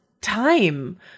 time